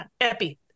Epi